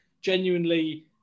genuinely